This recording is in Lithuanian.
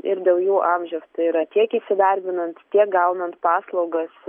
ir dėl jų amžiaus tai yra tiek įsidarbinant tiek gaunant paslaugas